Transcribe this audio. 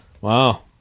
Wow